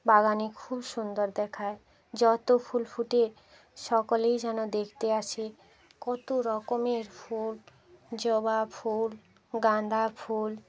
বাগানে খুব সুন্দর দেখায় যত ফুল ফুটে সকলেই যেন দেখতে আসে কত রকমের ফুল জবা ফুল গাঁদা ফুল